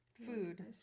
food